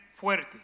fuerte